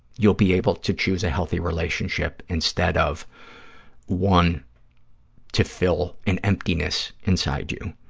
you'll be able to choose a healthy relationship instead of one to fill an emptiness inside you,